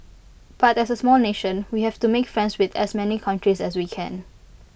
but as A small nation we have to make friends with as many countries as we can